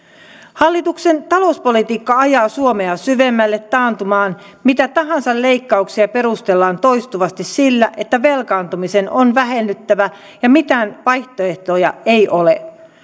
hallituksen talouspolitiikka ajaa suomea syvemmälle taantumaan mitä tahansa leikkauksia perustellaan toistuvasti sillä että velkaantumisen on vähennyttävä ja mitään vaihtoehtoja ei ole